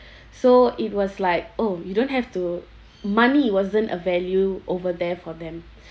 so it was like oh you don't have to money wasn't a value over there for them